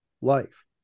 life